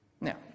Now